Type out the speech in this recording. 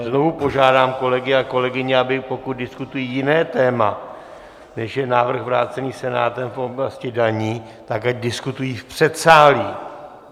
Znovu požádám kolegy a kolegyně, pokud diskutují jiné téma, než je návrh vrácený Senátem v oblasti daní, tak ať diskutují v předsálí.